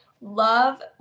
love